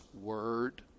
Word